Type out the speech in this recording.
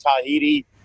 Tahiti